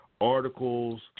articles